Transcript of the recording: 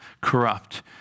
corrupt